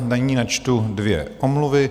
Nyní načtu dvě omluvy.